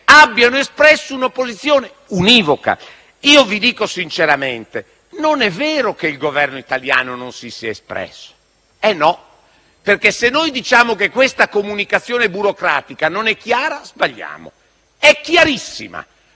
abbiano espresso una posizione univoca. Io vi dico sinceramente che non è vero che il Governo italiano non si sia espresso. No, perché, se noi diciamo che questa comunicazione burocratica non è chiara, sbagliamo: è chiarissima.